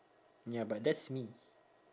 ya but that's me